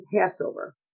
Passover